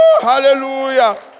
hallelujah